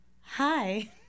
Hi